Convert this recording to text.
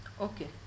Okay